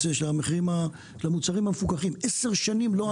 המחירים של המוצרים המפוקחים לא עלו במשך עשר שנים.